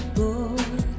boy